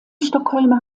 stockholmer